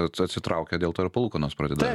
atsitraukia dėl to ir palūkanos pradeda